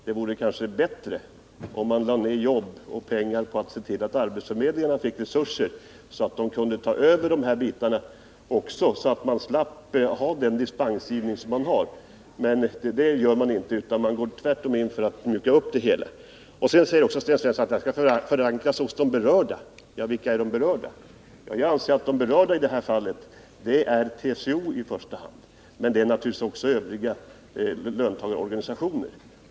Det vore bättre om man lade ned jobb och pengar på att se till att arbetsförmedlingarna fick sådana resurser att de kunde ta över hela fältet och man slapp ha den dispensgivning som man har. Men det gör man inte — man går tvärtom in för att mjuka upp det hela. Sten Svensson säger att lagstiftningen bör förankras hos de berörda. Men vilka är de berörda? Jag anser att det i första hand är TCO, men naturligtvis också övriga löntagarorganisationer.